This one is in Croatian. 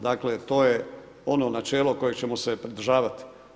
Dakle to je ono načelo kojeg ćemo se pridržavati.